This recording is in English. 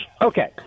Okay